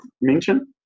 mention